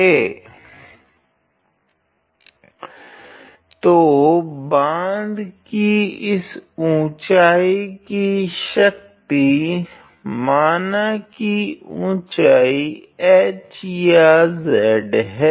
हल तो बाँध की इस उंचाई की शक्ति माना की उंचाई h या z है